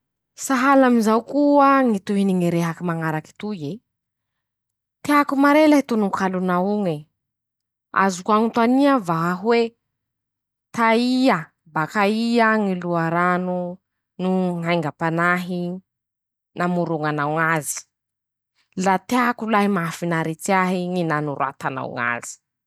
Sahala amizao koa ñy tohiny ñy rehaky mañaraky toy e: -"Teako mare lahy tononkalonao oñe, azoko añontania va hoe: "taia, bakaia ñy loharano ñy haingam-panahy namoroñanao azy? "la teako lahy ,mahafinaritsy ahy ñy nanoratanao ñ'azy."